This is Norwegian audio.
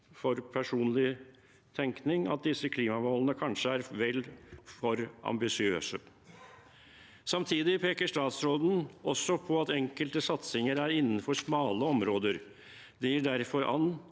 et personlig synspunkt – at disse klimamålene kanskje er for ambisiøse. Samtidig peker statsråden også på at enkelte satsinger er innenfor smale områder. Det går derfor an